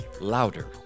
louder